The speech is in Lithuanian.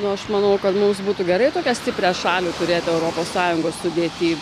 nu aš manau kad mums būtų gerai tokią stiprią šalį turėt europos sąjungos sudėty